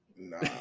nah